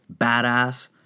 Badass